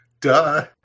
duh